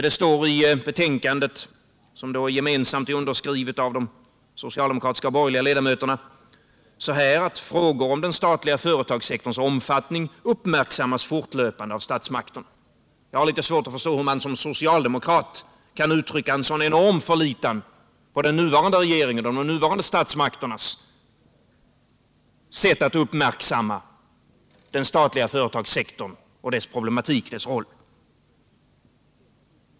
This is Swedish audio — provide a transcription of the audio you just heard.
Det står i betänkandet, som alltså är gemensamt underskrivet av de socialdemokratiska och borgerliga ledamöterna: ”Frågor om den statliga företagssektorns omfattning uppmärksammas fortlöpande av statsmakterna.” Jag har litet svårt att förstå hur man som socialdemokrat kan uttrycka en sådan enorm förlitan på den nuvarande regeringen och de nuvarande statsmakternas sätt att uppmärksamma den statliga företagssektorn och dess roll.